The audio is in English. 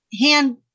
hand